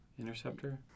Interceptor